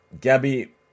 Gabby